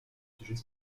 sujets